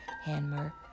Hanmer